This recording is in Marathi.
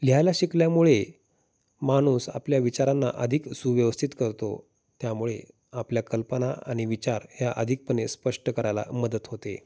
लिहायला शिकल्यामुळे माणूस आपल्या विचारांना अधिक सुव्यवस्थित करतो त्यामुळे आपल्या कल्पना आणि विचार ह्या अधिकपणे स्पष्ट करायला मदत होते